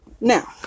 Now